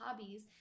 hobbies